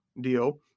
deal